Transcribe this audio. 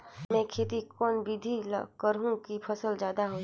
मै खेती कोन बिधी ल करहु कि फसल जादा होही